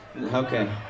Okay